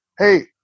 Hey